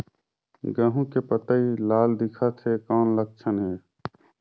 गहूं के पतई लाल दिखत हे कौन लक्षण हे?